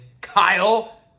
Kyle